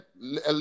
let